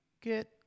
get